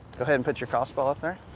go ahead and put your crossbow up here.